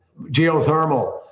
geothermal